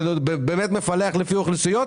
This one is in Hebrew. שמפלח לפי אוכלוסיות,